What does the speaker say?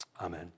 Amen